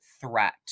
threat